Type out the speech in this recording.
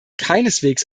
keineswegs